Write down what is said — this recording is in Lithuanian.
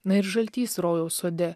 na ir žaltys rojaus sode